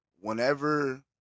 whenever